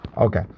Okay